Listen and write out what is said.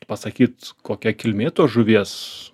pasakyt kokia kilmė tos žuvies